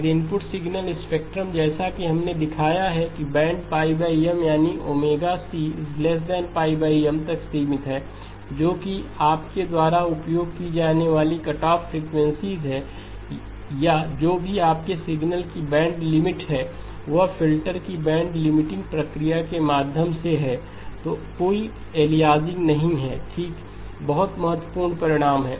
यदि input signal spectrum जैसा कि हमने दिखाया है कि बैंड M यानी ωcπM तक सीमित है जो कि आपके द्वारा उपयोग की जाने वाली कटऑफ फ्रीक्वेंसी है या जो भी आपके सिग्नल की बैंड लिमिट है वह फिल्टर की बैंड लिमिटिंग प्रक्रिया के माध्यम से है तो कोई एलियासिंग नहीं है ठीक बहुत महत्वपूर्ण परिणाम है